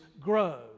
grow